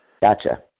Gotcha